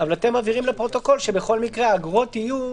אבל אתם מבהירים לפרוטוקול שבכל מקרה האגרות יהיו